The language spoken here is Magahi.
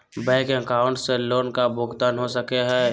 बैंक अकाउंट से लोन का भुगतान हो सको हई?